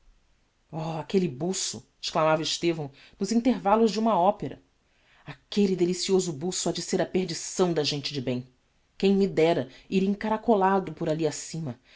oh aquelle buço exclamava estevão nos intervallos de uma opera aquelle delicioso buço hade ser a perdição da gente de bem quem me dera ir encaracolado por alli acima